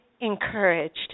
encouraged